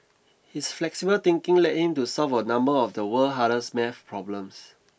his flexible thinking led him to solve a number of the world's hardest math problems